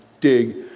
dig